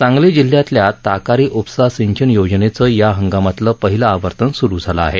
सांगली जिल्ह्यातल्या ताकारी उपसा सिंचन योजनेचं या हंगामातलं पहिलं आवर्तन सुरू झालं आहे